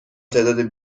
تعداد